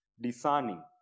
discerning